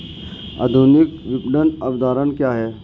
आधुनिक विपणन अवधारणा क्या है?